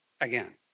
again